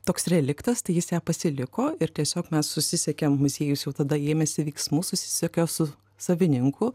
toks reliktas tai jis ją pasiliko ir tiesiog mes susisiekėm muziejus jau tada ėmėsi veiksmų susisiekė su savininku